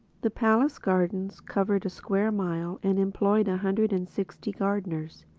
the palace-gardens covered a square mile and employed a hundred and sixty gardeners.